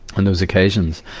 on those occasions.